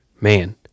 man